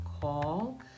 call